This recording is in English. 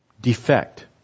Defect